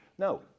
No